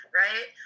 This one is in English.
right